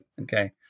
okay